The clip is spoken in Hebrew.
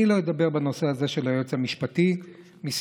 אני לא אדבר בנושא הזה של היועץ המשפטי מסיבה